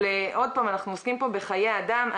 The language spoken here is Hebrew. אבל עוד פעם, אנחנו עוסקים פה בחיי אדם.